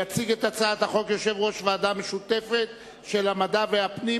יציג את הצעת החוק יושב-ראש הוועדה המשותפת של ועדות המדע והפנים,